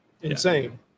insane